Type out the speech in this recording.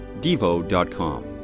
devo.com